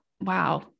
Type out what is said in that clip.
wow